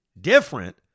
different